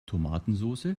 tomatensoße